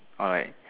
or like